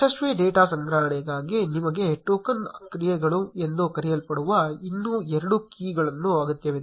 ಯಶಸ್ವಿ data ಸಂಗ್ರಹಣೆಗಾಗಿ ನಿಮಗೆ token ಕ್ರಿಯೆಗಳು ಎಂದು ಕರೆಯಲ್ಪಡುವ ಇನ್ನೂ ಎರಡು ಕೀಗಳ ಅಗತ್ಯವಿದೆ